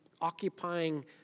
occupying